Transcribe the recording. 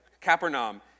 Capernaum